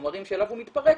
החומרים שאליו הוא מתפרק,